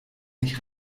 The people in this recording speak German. nicht